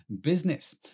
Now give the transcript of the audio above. business